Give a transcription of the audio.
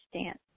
stance